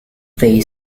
they